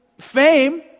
fame